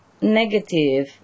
negative